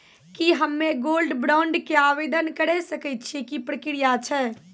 की हम्मय gold bond के आवदेन करे सकय छियै, की प्रक्रिया छै?